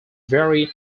very